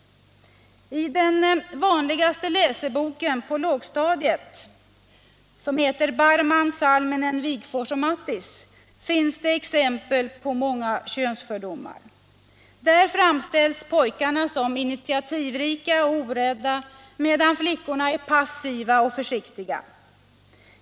I den vanligaste läseboken på lågstadiet, Borrman-Salminen, Wigforss-Matthis, finns det exempel på många könsfördomar. Där framställs pojkarna som initiativrika och orädda, medan flickorna är passiva och försiktiga.